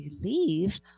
believe